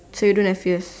so you don't have yours